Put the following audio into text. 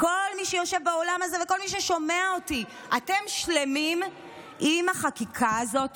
כל מי שיושב באולם הזה וכל מי ששומע אותי: אתם שלמים עם החקיקה הזאת?